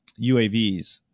UAVs